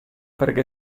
perché